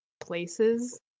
places